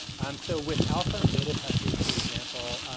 um so, with alpha and beta testers, for example,